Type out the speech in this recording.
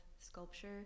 sculpture